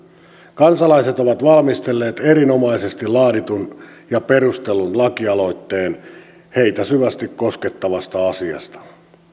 kansalaiset ovat valmistelleet erinomaisesti laaditun ja perustellun lakialoitteen heitä syvästi koskettavasta asiasta